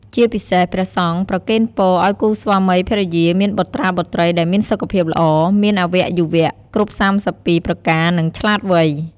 ជាពិសេស ព្រះសង្ឃប្រគេនពរឲ្យគូស្វាមីភរិយាមានបុត្រាបុត្រីដែលមានសុខភាពល្អ មានអាវៈយុវៈគ្រប់៣២ប្រការ និងឆ្លាតវៃ។